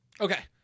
Okay